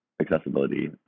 accessibility